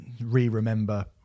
re-remember